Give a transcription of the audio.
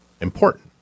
important